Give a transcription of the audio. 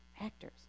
Actors